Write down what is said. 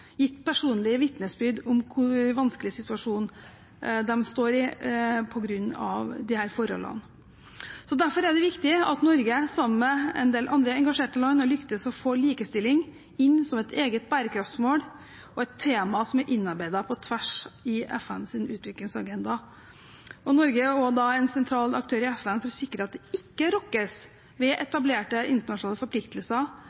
gitt personlige vitnesbyrd om hvilken vanskelig situasjon de står i på grunn av disse forholdene. Derfor er det viktig at Norge, sammen med en del andre engasjerte land, har lyktes med å få likestilling inn som et eget bærekraftsmål og et tema som er innarbeidet på tvers i FNs utviklingsagenda. Norge er en sentral aktør i FN for å sikre at det ikke rokkes ved